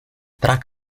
track